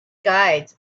guides